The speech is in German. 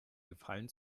gefallen